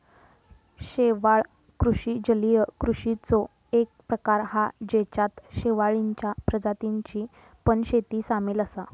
शेवाळ कृषि जलीय कृषिचो एक प्रकार हा जेच्यात शेवाळींच्या प्रजातींची पण शेती सामील असा